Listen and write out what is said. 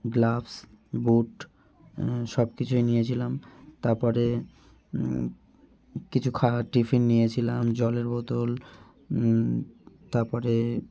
gloves boot সব কিছুই নিয়েছিলাম তারপরে কিছু খাওয়ার টিফিন নিয়েছিলাম জলের বোতল তারপরে